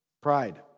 Pride